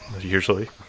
Usually